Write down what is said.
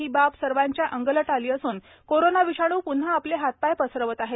ही बाब सर्वाच्या अंगलट आली असून कोरोना विषाणू पृन्हा आपले हातपाय पसरवत आहे